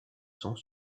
sont